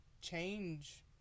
change